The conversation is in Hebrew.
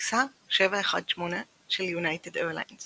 טיסה 718 של יונייטד איירליינס